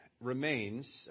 remains